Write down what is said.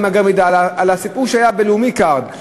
הסיפור שהיה ב"לאומי קארד",